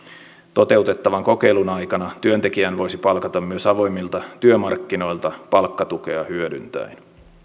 toteutettavan kokeilun aikana työntekijän voisi palkata myös avoimilta työmarkkinoilta palkkatukea hyödyntäen